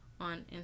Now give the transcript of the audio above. on